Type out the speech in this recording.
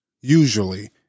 usually